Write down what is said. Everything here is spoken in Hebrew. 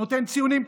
נותן ציונים טובים.